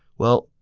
well,